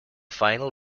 final